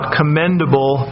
commendable